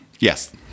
Yes